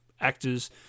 actors